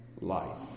life